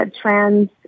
trans-